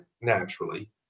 naturally